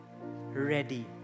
ready